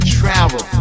travel